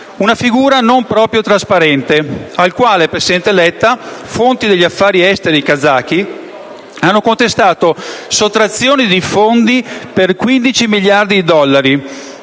Una figura non proprio trasparente, al quale, presidente Letta, fonti degli affari esteri kazaki hanno contestato sottrazione di fondi per 15 miliardi di dollari;